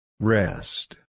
Rest